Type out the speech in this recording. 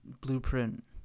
blueprint